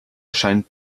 scheint